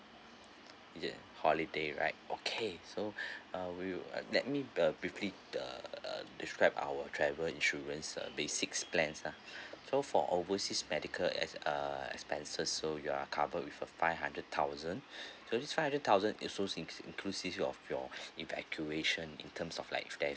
ya holiday right okay so I will uh let me err briefly err describe our travel insurance uh basics plans lah so for overseas medical ex~ uh expenses so you are covered with a five hundred thousand so this five hundred thousand is also in~ inclusive your of yours evacuation in terms of like there's